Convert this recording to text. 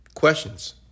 Questions